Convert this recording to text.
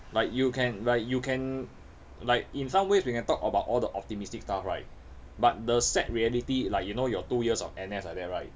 like you can like you can like in some ways we can talk about all the optimistic stuff right but the sad reality like you know your two years of N_S like that right